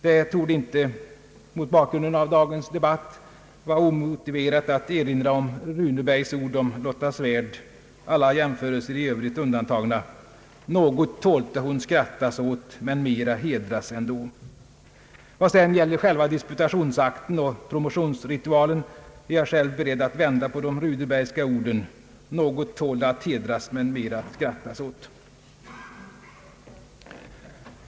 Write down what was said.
Det torde inte mot bakgrunden av dagens debatt vara helt omotiverat att erinra om Runebergs ord om Lotta Svärd — alla jämförelser i övrigt undantagna: »Något tålte hon skrattas åt, men mera hedras ändå.» Vad sedan gäller själva disputationsakten och promotionsritualen är jag själv beredd att vända på de Runebergska orden: Något tål de att hedras, men mera att skrattas åt.